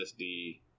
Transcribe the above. ssd